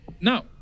No